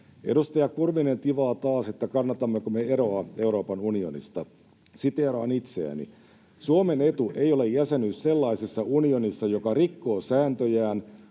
Edustaja Kurvinen tivaa taas, kannatammeko me eroa Euroopan unionista. Siteeraan itseäni: ”Suomen etu ei ole jäsenyys sellaisessa unionissa, joka rikkoo sääntöjään,